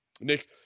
Nick